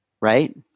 right